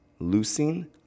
leucine